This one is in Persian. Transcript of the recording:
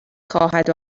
خواهد